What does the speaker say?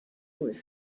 were